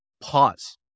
pause